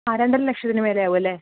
ആ രണ്ടരലക്ഷത്തിന് മേലെ ആവുമല്ലേ